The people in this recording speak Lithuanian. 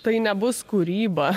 tai nebus kūryba